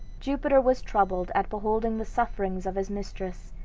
jupiter was troubled at beholding the sufferings of his mistress,